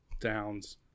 Downs